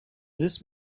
this